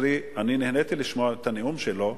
ונהניתי לשמוע את הנאום שלו,